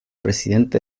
presidente